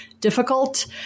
difficult